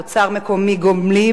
התוצר המקומי הגולמי,